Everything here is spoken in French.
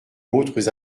autres